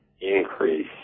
increase